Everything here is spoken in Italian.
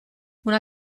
una